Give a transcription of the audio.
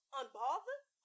unbothered